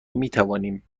میتوانیم